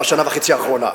בשנה וחצי האחרונה.